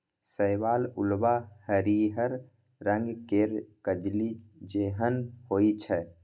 शैवाल उल्वा हरिहर रंग केर कजली जेहन होइ छै